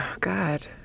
God